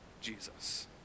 Jesus